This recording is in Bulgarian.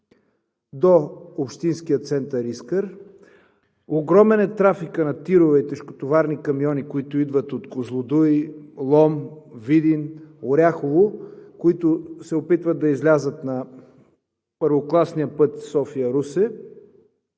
до общинския център Искър, огромен е трафикът на ТИР-ове и тежкотоварни камиони, които идват от Козлодуй, Лом, Видин, Оряхово, които се опитват да излязат на първокласния път София – Русе.